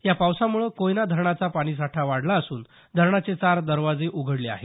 यापावसामुळे कोयना धरणाचा पाणीसाठा वाढला असून धरणाचे चार दरवाजे उघडले आहेत